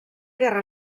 guerra